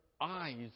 eyes